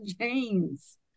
James